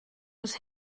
was